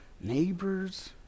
neighbors